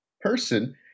person